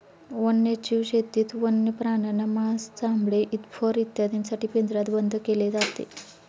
वन्यजीव शेतीत वन्य प्राण्यांना मांस, चामडे, फर इत्यादींसाठी पिंजऱ्यात बंद केले जाते